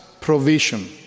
provision